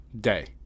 Day